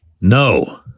No